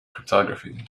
cryptography